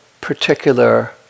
particular